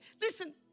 listen